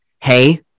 Hey